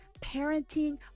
parenting